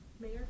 Mayor